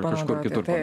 kažkur kitur